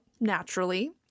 naturally